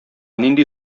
нинди